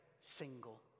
single